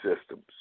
systems